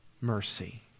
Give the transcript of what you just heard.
mercy